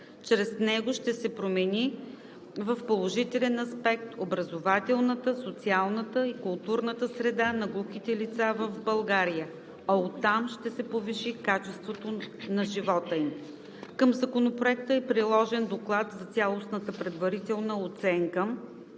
Чрез него ще се промени в положителен аспект образователната, социалната и културната среда на глухите лица в България, а оттам ще се повиши качеството на живота им. Към Законопроекта е приложен Доклад за цялостната предварителна оценка